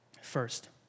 first